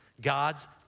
God's